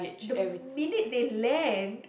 the minute they land